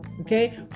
Okay